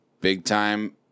big-time